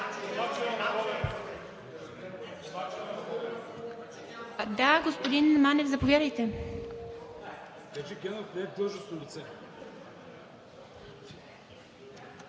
Господин Манев, заповядайте.